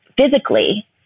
physically